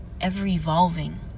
ever-evolving